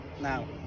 now